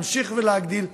להמשיך להגדיל,